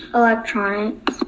electronics